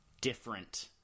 different